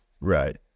right